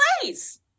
place